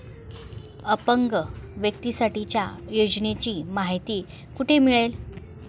अपंग व्यक्तीसाठीच्या योजनांची माहिती कुठे मिळेल?